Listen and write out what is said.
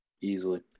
Easily